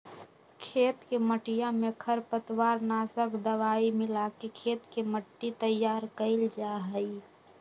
खेत के मटिया में खरपतवार नाशक दवाई मिलाके खेत के मट्टी तैयार कइल जाहई